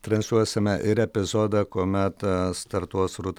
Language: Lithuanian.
transliuosime ir epizodą kuomet startuos rūta